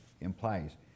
implies